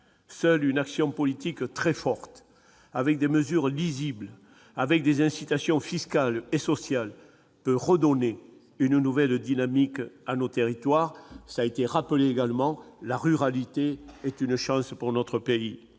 Seule une action politique forte, avec des mesures lisibles et des incitations fiscales et sociales, pourrait redonner une nouvelle dynamique à nos territoires. Comme mes collègues l'ont souligné, la ruralité est une chance pour notre pays.